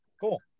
Cool